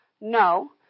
No